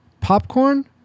popcorn